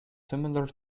similar